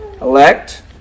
Elect